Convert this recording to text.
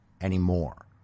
anymore